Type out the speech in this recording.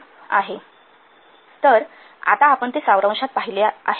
slide time २२१९ तर आता आपण ते सारांशात पाहिले आहे